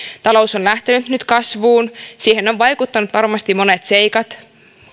talous on lähtenyt nyt kasvuun siihen on vaikuttanut varmasti monet seikat